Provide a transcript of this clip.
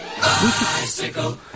Bicycle